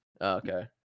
Okay